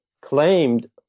claimed